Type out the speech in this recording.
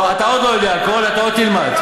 אתה עוד לא יודע הכול, אתה עוד תלמד.